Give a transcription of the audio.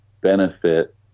benefit